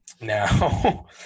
Now